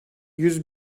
yüz